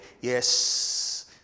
yes